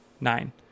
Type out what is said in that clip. nine